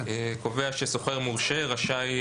קובע שסוחר מורשה רשאי,